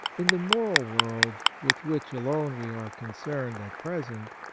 in the moral world, with which alone we are concerned at present,